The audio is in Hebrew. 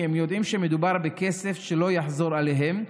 כי הם יודעים שמדובר בכסף שלא יחזור אליהם,